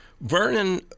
Vernon